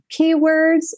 keywords